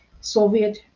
Soviet